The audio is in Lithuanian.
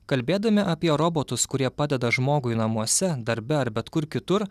kalbėdami apie robotus kurie padeda žmogui namuose darbe ar bet kur kitur